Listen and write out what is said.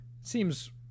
Seems